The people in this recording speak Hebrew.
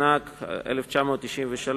התשנ"ג 1993,